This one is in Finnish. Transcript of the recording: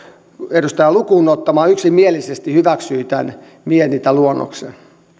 edustajaa lukuun ottamatta yksimielisesti hyväksyi tämän mietintöluonnoksen